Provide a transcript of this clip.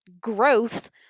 growth